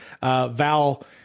Val